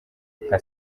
nka